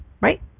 right